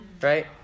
right